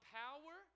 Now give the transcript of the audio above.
power